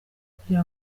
kugira